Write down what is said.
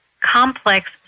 complex